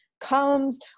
comes